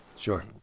sure